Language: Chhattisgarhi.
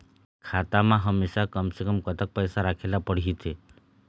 खाता मा हमेशा कम से कम कतक पैसा राखेला पड़ही थे?